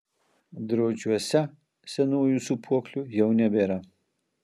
draučiuose senųjų sūpuoklių jau nebėra